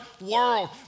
world